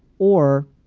or,